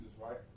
right